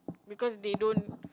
because they don't